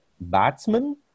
batsman